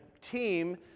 team